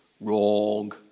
Wrong